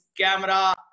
Camera